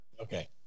Okay